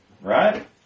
Right